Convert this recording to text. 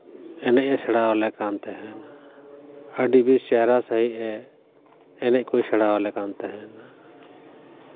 ᱮᱱᱮᱡᱼᱮ ᱥᱮᱬᱟ ᱟᱞᱮ ᱠᱟᱱ ᱛᱟᱦᱮᱱᱟ ᱟᱹᱰᱤᱜᱮ ᱪᱮᱦᱨᱟ ᱥᱟᱺᱦᱤᱡ ᱮ ᱮᱱᱮᱡ ᱠᱚᱭ ᱥᱮᱬᱟ ᱟᱞᱮ ᱠᱟᱱ ᱛᱟᱦᱮᱱᱟ